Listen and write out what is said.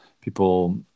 people